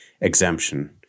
exemption